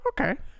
Okay